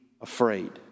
afraid